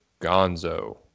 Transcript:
gonzo